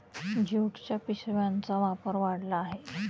ज्यूटच्या पिशव्यांचा वापर वाढला आहे